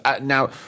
now